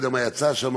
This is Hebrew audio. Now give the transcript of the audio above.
אני לא יודע מה יצא שם,